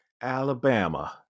Alabama